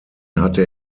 hatte